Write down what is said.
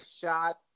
shot